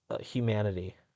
humanity